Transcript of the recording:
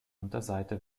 unterseite